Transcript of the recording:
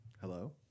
Hello